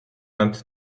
nad